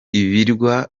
ibirwa